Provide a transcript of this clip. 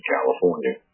California